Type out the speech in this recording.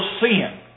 sin